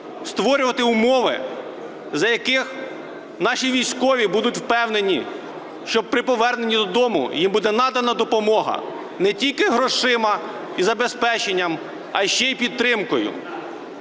створювати умови, за яких наші військові будуть впевнені, що при поверненні додому їм буде надана допомога не тільки грошима і забезпеченням, а й ще підтримкою.